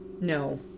No